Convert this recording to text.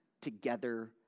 together